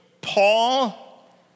Paul